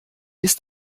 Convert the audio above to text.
ist